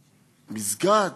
למסגד,